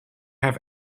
have